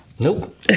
Nope